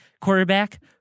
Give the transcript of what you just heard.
quarterback